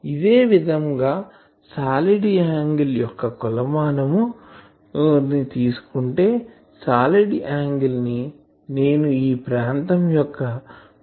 ఇదే విధంగా solid angle యొక్క కొలమానం ని తీసుకుంటే సాలిడ్ యాంగిల్ ని నేను ఈ ప్రాతం యొక్క భాగం గా పరిగణిస్తాను